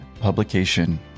publication